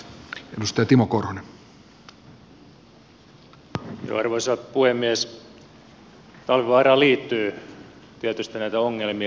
talvivaaraan liittyy tietysti näitä ongelmia